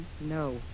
No